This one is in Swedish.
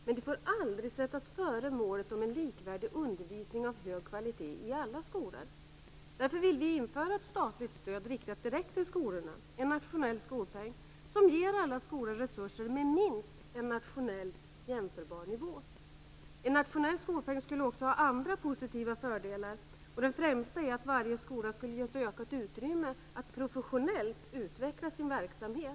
Men de får aldrig sättas före målet om en likvärdig undervisning av hög kvalitet i alla skolor. Därför vill vi införa ett statligt stöd riktat direkt till skolorna - en nationell skolpeng - som ger alla skolor resurser med minst en nationellt jämförbar nivå. En nationell skolpeng skulle också ha andra fördelar. Den främsta är att varje skola skulle ges ökat utrymme att professionellt utveckla sin verksamhet.